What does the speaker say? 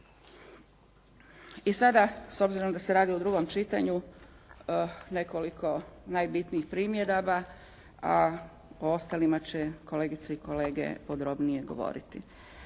I sada s obzirom da se radi o drugom čitanju nekoliko najbitnijih primjedaba a o ostalima će kolegice i kolege podrobnije govoriti.